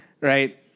right